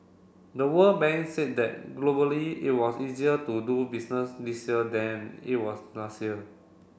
the World Bank said that globally it was easier to do business this year than it was last year